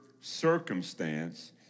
circumstance